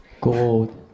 Gold